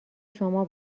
شما